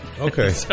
Okay